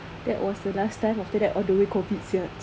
that was the last time after that all the way COVID sia cheebye